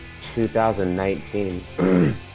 2019